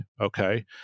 okay